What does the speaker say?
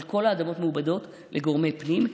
אבל כל האדמות מעובדות לגורמי פנים.